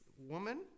woman